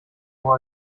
vor